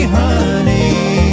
honey